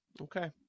okay